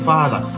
Father